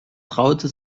traute